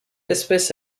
espèce